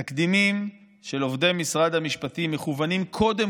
התקדימים של עובדי משרד המשפטים מכוונים קודם